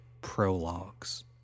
prologues